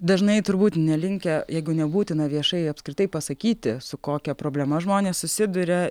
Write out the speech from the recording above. dažnai turbūt nelinkę jeigu nebūtina viešai apskritai pasakyti su kokia problema žmonės susiduria